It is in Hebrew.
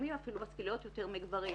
מהתחומים אפילו משכילות יותר מגברים.